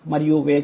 మరియు వేగం